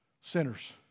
Sinners